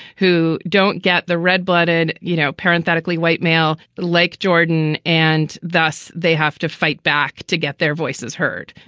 who don't get the red-blooded. you know, parenthetically, white male lake jordan, and thus they have to fight back to get their voices heard.